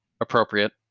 appropriate